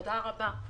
תודה רבה.